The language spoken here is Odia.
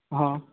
ହଁ